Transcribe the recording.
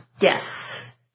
Yes